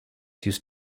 used